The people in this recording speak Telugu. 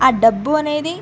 ఆ డబ్బు అనేది